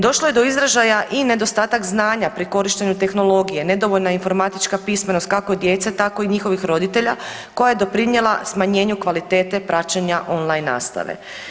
Došlo je do izražaja i nedostatak znanja pri korištenju tehnologija, nedovoljna informatička pismenost kako djece, tako i njihovih roditelja koja je doprinijela smanjenju kvalitete praćenja on line nastave.